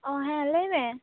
ᱚ ᱦᱮᱸ ᱞᱟᱹᱭᱢᱮ